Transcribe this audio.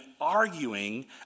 arguing